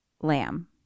Lamb